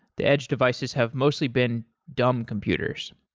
the edge devices have mostly been dumb computers.